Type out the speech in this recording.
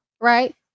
Right